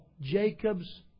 Jacob's